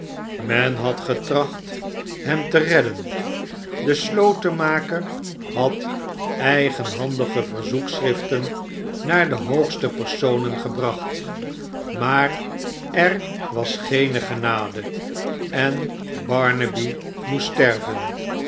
men had getracht hem te redden de slotenmaker had eigenu liandige verzoekschriften naar de hoogste personen gebracht maar er was geene genade en barnaby moest sterven